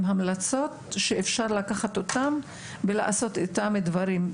המלצות שאפשר לקחת אותן ולעשות איתן דברים,